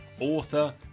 author